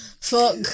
Fuck